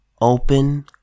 open